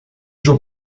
jours